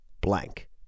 blank